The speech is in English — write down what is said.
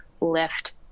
lift